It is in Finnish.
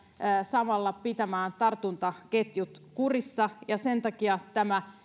samalla pitämään tartuntaketjut kurissa ja sen takia tämä